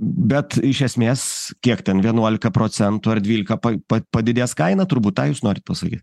bet iš esmės kiek ten vienuolika procentų ar dvylika pa pat padidės kaina turbūt tą jūs norit pasakyt